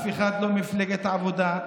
אין אף אחד ממפלגת העבודה,